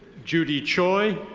judy choi.